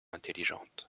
intelligente